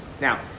Now